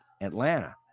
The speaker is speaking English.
Atlanta